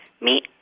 meet